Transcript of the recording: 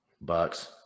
Bucks